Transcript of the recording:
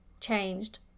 changed